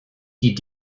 die